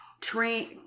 train